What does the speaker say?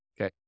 Okay